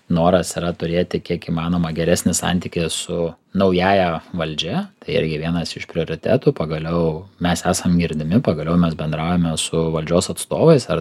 noras yra turėti kiek įmanoma geresnį santykį su naująja valdžia tai irgi vienas iš prioritetų pagaliau mes esam girdimi pagaliau mes bendraujame su valdžios atstovais ar